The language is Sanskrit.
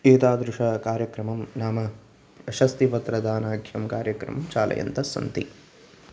एतादृशकार्यक्रमं नाम प्रशस्तिपत्रदानाख्यं कार्यक्रमं चालयन्तस्सन्ति